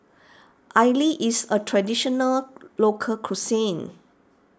Idili is a Traditional Local Cuisine